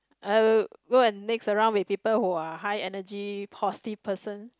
I will go and mix around with people who are high energy positive person